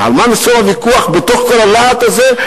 על מה נסוב הוויכוח בתוך כל הלהט הזה?